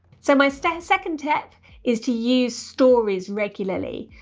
so my step second tip is to use stories regularly.